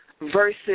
Versus